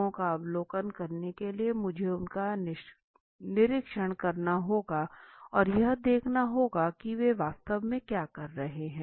लोगों का अवलोकन करने के लिए मुझे उनका निरीक्षण करना होगा और यह देखना होगा की वे वास्तव में क्या कर रहे हैं